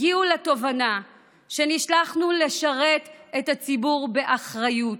הגיעו לתובנה שנשלחנו לשרת את הציבור באחריות,